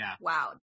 wow